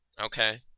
Okay